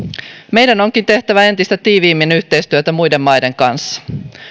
meidän onkin tehtävä entistä tiiviimmin yhteistyötä muiden maiden kanssa